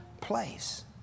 place